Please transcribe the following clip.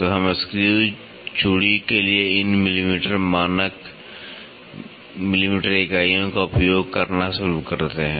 तो हम स्क्रू （screw）चूड़ी के लिए इन मिलीमीटर （millimetre） मानक मिलीमीटर（millimetre） इकाइयों का उपयोग करना शुरू करते हैं